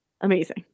amazing